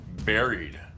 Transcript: buried